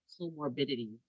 comorbidity